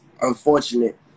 unfortunate